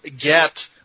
get